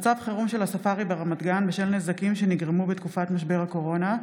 מצב חירום של הספארי ברמת גן בשל נזקים שנגרמו בתקופת משבר הקורונה,